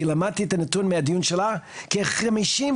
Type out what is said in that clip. כי למדתי את הנתון מהדיון שלה כ-56%